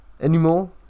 anymore